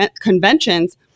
Conventions